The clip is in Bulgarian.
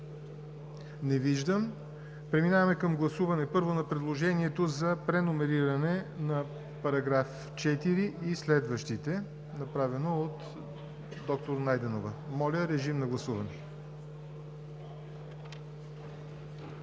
Не виждам. Преминаваме към гласуване, първо, на предложението за преномериране на § 4 и следващите, направено от доктор Найденова. Гласували